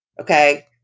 okay